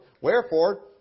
Wherefore